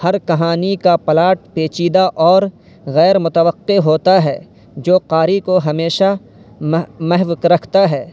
ہر کہانی کا پلاٹ پیچیدہ اور غیرمتوقع ہوتا ہے جو قاری کو ہمیشہ محو محو کرکھتا ہے